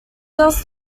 does